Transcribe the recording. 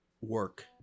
work